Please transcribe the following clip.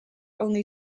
only